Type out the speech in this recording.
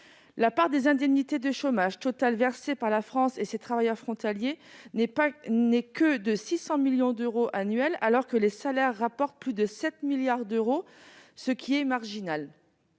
La part des indemnités de chômage totales versées par la France à ses travailleurs frontaliers n'est que de 600 millions d'euros annuels, alors que les salaires rapportent plus de 7 milliards d'euros- c'est tout à fait marginal.